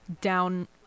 down